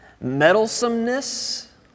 meddlesomeness